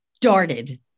Darted